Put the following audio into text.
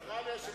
תקרא ליושבת-ראש,